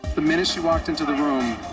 the minute she walked into the room,